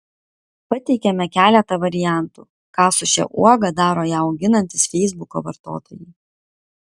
pateikiame keletą variantų ką su šia uoga daro ją auginantys feisbuko vartotojai